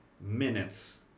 minutes